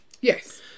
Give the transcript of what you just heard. Yes